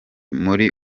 muri